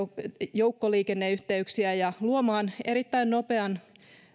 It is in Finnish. joukkoliikenneyhteyksiä ja luomaan erittäin nopean